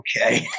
Okay